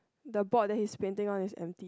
the board that he's painting on is empty